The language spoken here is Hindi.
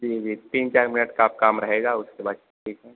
जी जी तीन चार मिनट का अब काम रहेगा उसके बाद ठीक है